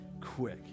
quick